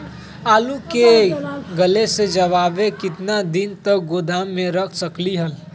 आलू के गले से बचाबे ला कितना दिन तक गोदाम में रख सकली ह?